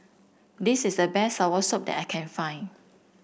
this is the best Soursop that I can find